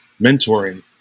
mentoring